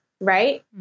right